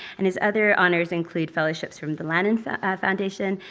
and his other honors include fellowships from the lannan foundation,